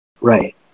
Right